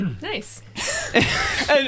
Nice